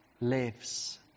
lives